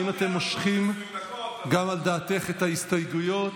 האם מושכים גם על דעתך את ההסתייגויות?